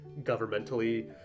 governmentally